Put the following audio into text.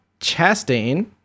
Chastain